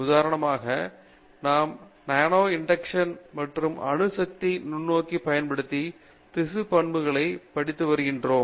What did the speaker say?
உதாரணமாக நாம் nano indentation மற்றும் அணு சக்தி நுண்ணோக்கி பயன்படுத்தி திசு பண்புகளை படித்து வருகிறோம்